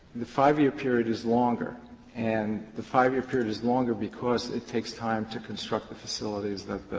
the five year period is longer and the five year period is longer because it takes time to construct the facilities that